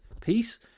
peace